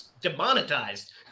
demonetized